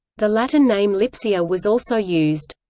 the latin name lipsia was also used.